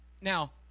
Now